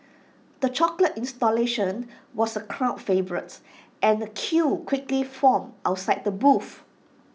the chocolate installation was A crowd favourite and A queue quickly formed outside the booth